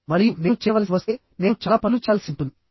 మరియు నేను చేయవలసి వస్తే నేను చాలా పనులు చేయాల్సి ఉంటుంది